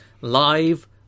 live